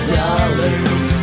dollars